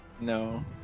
No